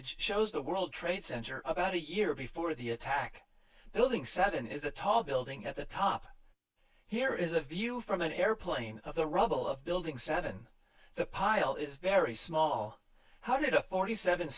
e shows the world trade center about a year before the attack building seven is a tall building at the top here is a view from an airplane of the rubble of building seven the pile is very small how did a forty seven